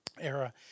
era